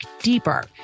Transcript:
deeper